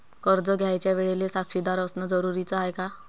कर्ज घ्यायच्या वेळेले साक्षीदार असनं जरुरीच हाय का?